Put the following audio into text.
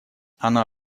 она